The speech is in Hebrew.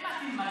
אם אתם מגזימים,